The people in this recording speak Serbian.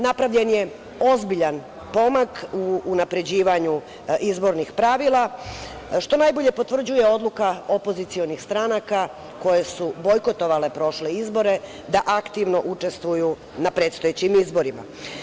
Napravljen je ozbiljan pomak u unapređivanju izbornih pravila, što najbolje potvrđuje odluka opozicionih stranaka koje su bojkotovale prošle izbore da aktivno učestvuju u na predstojećim izborima.